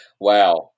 Wow